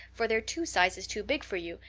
for they're two sizes too big for you,